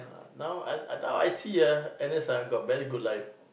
now I I now I see ah N_S ah got very good life